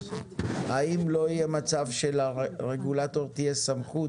האם לא יהיה מצב שלרגולטור תהיה סמכות